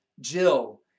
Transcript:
Jill